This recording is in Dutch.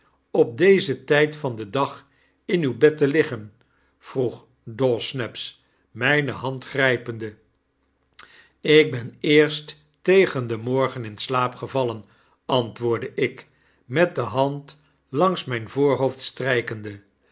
op dezen tyd van den dag in uw bed te liggen p vroeg dawsnaps myne hand grypende ik ben eerst tegen den morgen in slaap gevallen antwoordde ik met de hand langs myn voorhoofd